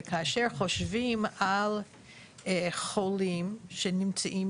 כאשר חושבים על חולים שנמצאים